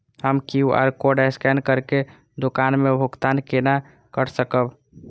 हम QR code scan करके दुकान में भुगतान केना कर सकब?